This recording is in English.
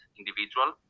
individual